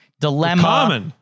dilemma